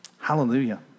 Hallelujah